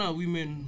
women